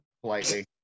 politely